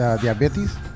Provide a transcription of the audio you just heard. diabetes